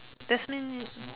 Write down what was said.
that means